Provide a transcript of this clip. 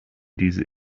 diese